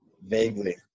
Vaguely